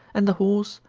and the horse,